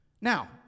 Now